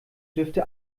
dürfte